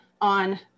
on